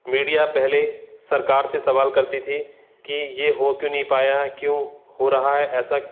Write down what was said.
media पहले सरकार से सवाल करती थी कि ये हो क्यों नहीं पाया क्यों हो रहा है ऐसा